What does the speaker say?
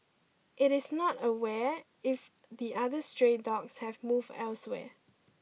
it is not aware if the other stray dogs have moved elsewhere